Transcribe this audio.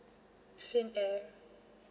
finnair